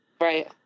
Right